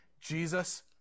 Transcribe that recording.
Jesus